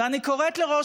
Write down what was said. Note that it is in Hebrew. קודם כול, ברמה